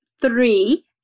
three